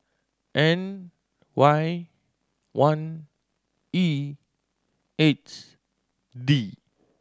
N Y one E eight D